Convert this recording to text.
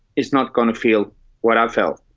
it's not gonna feel what i've felt.